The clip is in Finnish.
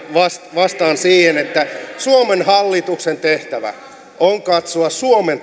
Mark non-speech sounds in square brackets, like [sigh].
vastaan että suomen hallituksen tehtävä on katsoa suomen [unintelligible]